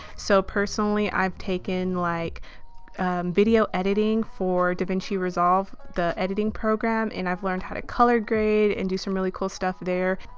so personally i've taken like video editing for davinci resolve, the editing program, and i've learned how to color grade and do some really cool stuff there.